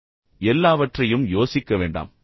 எனவே எல்லாவற்றையும் யோசிக்க வேண்டாம்